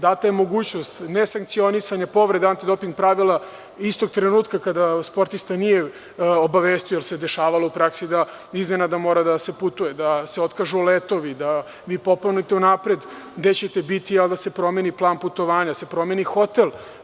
Data je mogućnost nesankcionisanja povrede antidoping pravila istog trenutka kada sportista nije obavestio, jer se dešavalo u praksi da iznenada mora da se putuje, da se otkažu letovi, da popunite unapred gde ćete biti, a da se promeni plan putovanja, da se promeni hotel.